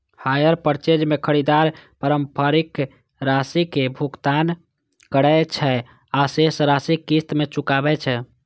hire purchase मे खरीदार प्रारंभिक राशिक भुगतान करै छै आ शेष राशि किस्त मे चुकाबै छै